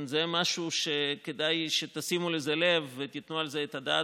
זה משהו שכדאי שתשימו לב אליו ותיתנו על זה את הדעת.